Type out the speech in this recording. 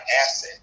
asset